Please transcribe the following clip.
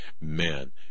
man